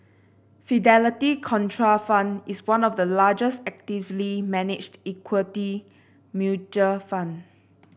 Fidelity Contrafund is one of the largest actively managed equity mutual fund